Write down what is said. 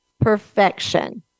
perfection